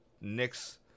Knicks